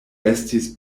estis